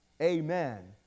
amen